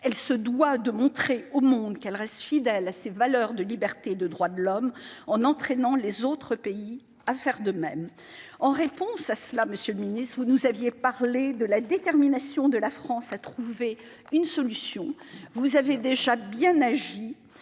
elle se doit de montrer au monde qu'elle reste fidèle à ses valeurs de liberté et de droits de l'homme, en entraînant les autres pays à faire de même. En réponse à cela, vous nous aviez parlé, monsieur le ministre, de la détermination de la France à trouver une solution. Vous avez déjà bien agi.